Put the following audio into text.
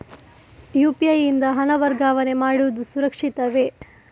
UPI ಯಿಂದ ಹಣ ವರ್ಗಾವಣೆ ಮಾಡುವುದು ಸುರಕ್ಷಿತವೇ?